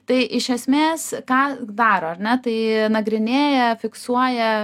tai iš esmės ką daro ar ne tai nagrinėja fiksuoja